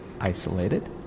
isolated